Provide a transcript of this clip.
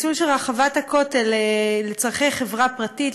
ניצול של רחבת הכותל לצורכי חברה פרטית,